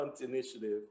initiative